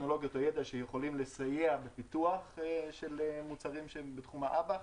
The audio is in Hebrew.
טכנולוגיות או ידע שיכולים לסייע בפיתוח של מוצרים שהם בתחום האב"כ.